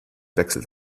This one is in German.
wechselt